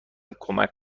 کمک